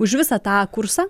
už visą tą kursą